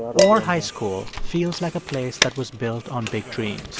orr high school feels like a place that was built on big dreams